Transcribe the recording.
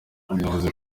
yavuze